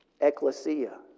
ecclesia